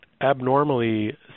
abnormally